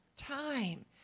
Time